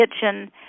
kitchen